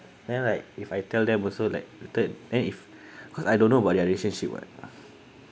then like if I tell them also like later then if cause I don't know about their relationship [what]